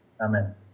Amen